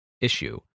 issue